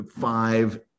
five